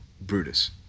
Brutus